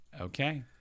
Okay